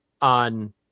on